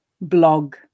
blog